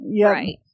right